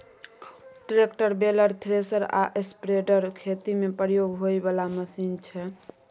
tractor, baler, thresher आ spreader खेती मे प्रयोग होइ बला मशीन छै